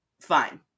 Fine